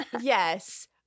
Yes